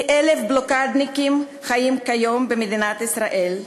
כ-1,000 בלוקדניקים חיים כיום במדינת ישראל.